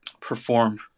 perform